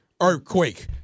Earthquake